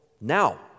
Now